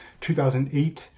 2008